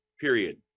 period